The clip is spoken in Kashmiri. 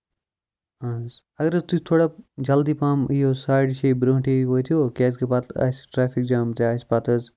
اَہن حظ اَگر حظ تُہۍ تھوڑا جلدی پَہم یِیو ساڑِ شیٚیہِ برۄنٹھٕے واتیو کیازِ کہِ پَتہٕ آسہِ ٹریفِک جام تہِ آسہِ پَتہٕ حظ